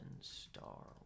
star